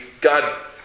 God